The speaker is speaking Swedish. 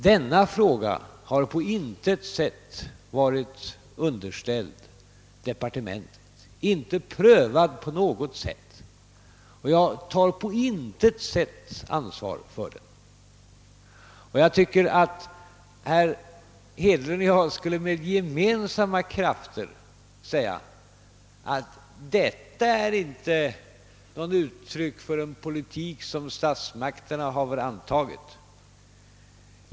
Denna fråga har på intet sätt varit underställd departementet, icke prövad på något sätt, och jag tar på intet sätt ansvar för nämnda uttalande. Jag tycker att herr Hedlund och jag skulle med gemensamma krafter sprida upplysning om att detta inte är uttryck för någon politik som statsmakterna har antagit.